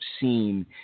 seen